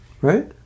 Right